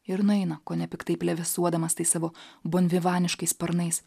ir nueina kone piktai plevėsuodamas tais savo bonvivaniškai sparnais